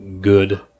good